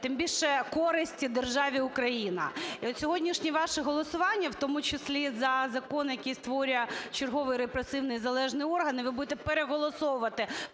тим більше користі державі Україна. І от сьогоднішнє ваше голосування, в тому числі за закон, який створює черговий репресивний залежний орган, і ви будете переголосовувати